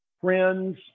friends